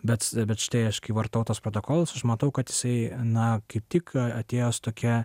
bet bet štai aš kai vartau tuos protokolus aš matau kad jisai na kaip tik ką atėjo tokia